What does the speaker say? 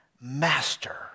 master